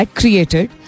created